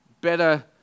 better